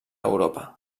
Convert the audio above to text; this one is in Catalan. europa